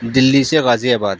دلّی سے غازی آباد